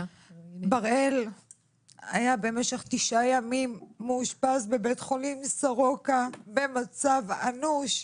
בראל היה במשך תשעה ימים מאושפז בבית החולים סורוקה במצב אנוש,